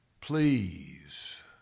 Please